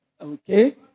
Okay